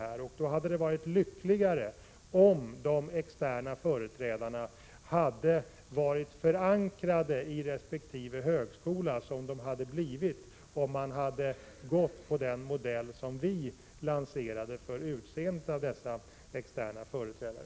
Det hade varit lyckligare om de externa företrädarna hade varit förankrade i resp. högskola, vilket de hade varit om den modell hade valts som folkpartiet lanserade för utseende av dessa externa företrädare.